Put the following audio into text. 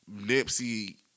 Nipsey